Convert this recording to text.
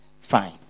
Fine